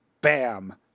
bam